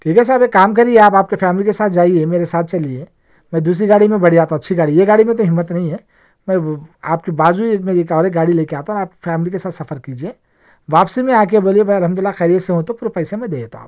ٹھیک ہے صاحب ایک کام کرئے آپ آپ کے فیملی کے ساتھ جائیے میرے ساتھ چلیے میں دوسری گاڑی میں بیٹھ جاتا ہوں اچھی گاڑی یہ گاڑی میں تو ہمت نہیں ہے میں ب ب آپ کے بازو میں ایک اور ایک گاڑی لے کر آتا ہوں آپ فیملی کے ساتھ سفر کیجئے واپسی میں آکے بولئے میں الحمد للہ خیریت سے ہوں تو پورے پیسے میں دے دیتا ہوں آپ